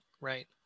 right